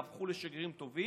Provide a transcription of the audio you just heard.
יהפכו לשגרירים טובים,